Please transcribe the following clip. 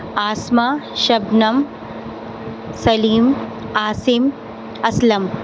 Asman Shabnam Salim Asim Aslam